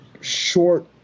short